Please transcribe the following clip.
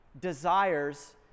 desires